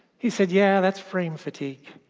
he said, yeah, that's frame fatigue.